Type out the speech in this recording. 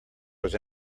was